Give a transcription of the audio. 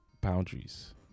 boundaries